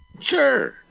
Sure